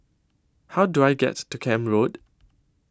How Do I get to Camp Road